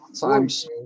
Times